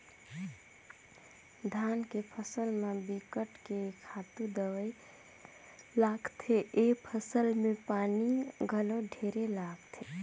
धान के फसल म बिकट के खातू दवई लागथे, ए फसल में पानी घलो ढेरे लागथे